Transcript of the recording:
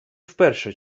вперше